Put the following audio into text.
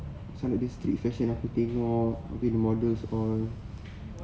sana dia punya street fashion aku tengok habis dia punya models all